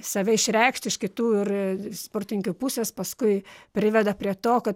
save išreikšti iš kitų ir sportininkių pusės paskui priveda prie to kad